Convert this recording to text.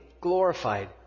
glorified